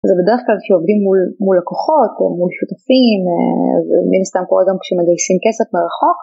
זה בדרך כלל כשעובדים מול לקוחות או מול שותפים ומן הסתם כל אדם כשמגייסים כסף מרחוק.